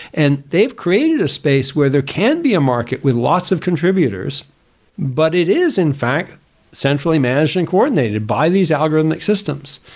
and they have created a space where there can be a market with most of contributors but it is in fact centrally managed and coordinated by these algorithmic systems.